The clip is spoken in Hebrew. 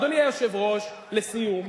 אדוני היושב-ראש, לסיום,